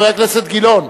חבר הכנסת גילאון,